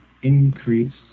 Increase